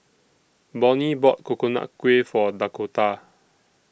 Bonnie bought Coconut Kuih For Dakotah